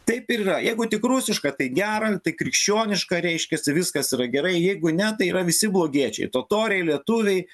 taip ir yra jeigu tik rusiška tai gera tai krikščioniška reiškiasi viskas yra gerai jeigu ne tai yra visi blogiečiai totoriai lietuviai